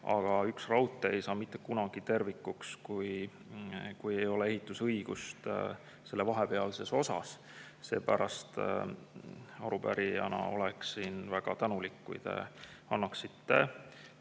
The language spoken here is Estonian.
Aga raudtee ei saa mitte kunagi tervikuks, kui ei ole ehitusõigust selle vahepealses osas. Seepärast oleksin arupärijana väga tänulik, kui te annaksite